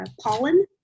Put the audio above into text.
Pollen